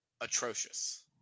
atrocious